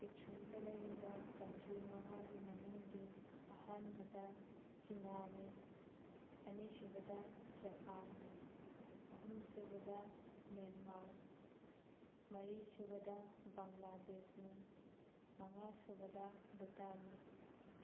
ꯄ꯭ꯔꯤꯊꯤꯕꯤꯗ ꯂꯩꯔꯤꯕ ꯀꯟꯇ꯭ꯔꯤ ꯃꯉꯥꯒꯤ ꯃꯃꯤꯡꯗꯤ ꯑꯍꯥꯟꯕꯗ ꯆꯤꯅꯥꯅꯦ ꯑꯅꯤꯁꯨꯕꯗ ꯖꯄꯥꯟꯅꯦ ꯑꯍꯨꯝꯁꯨꯕꯗ ꯃꯦꯟꯃꯥꯔ ꯃꯔꯤꯁꯨꯕꯗ ꯕꯪꯒ꯭ꯂꯥꯗꯦꯁꯅꯤ ꯃꯉꯥꯁꯨꯕꯗ ꯚꯨꯇꯥꯟꯅꯤ